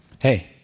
Hey